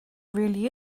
really